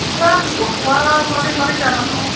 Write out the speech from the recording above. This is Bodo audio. ओमफ्राय आंनि गथ'आ मारै मारै जानानै दं